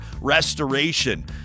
Restoration